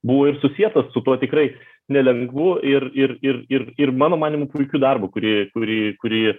buvo ir susietas su tuo tikrai nelengvu ir ir ir ir ir mano manymu puikiu darbu kurį kurį kurį